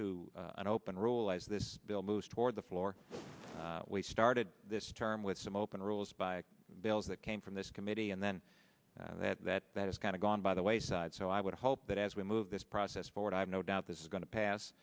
to an open rule as this bill moves toward the floor we started this term with some open rules by bills that came from this committee and then that that that is kind of gone by the wayside so i would hope that as we move this process forward i have no doubt this is going to pass